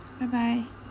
bye bye